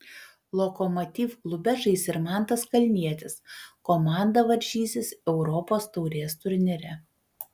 lokomotiv klube žais ir mantas kalnietis komanda varžysis europos taurės turnyre